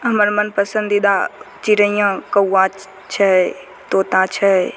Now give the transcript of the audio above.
हमर मन पसन्दीदा चिड़ैयांँ कौआ छै तोता छै